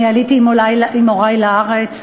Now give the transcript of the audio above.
אני עליתי עם הורי לארץ,